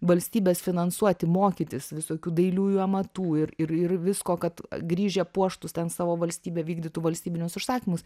valstybės finansuoti mokytis visokių dailiųjų amatų ir ir ir visko kad grįžę puoštūs ten savo valstybę vykdytų valstybinius užsakymus